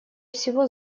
всего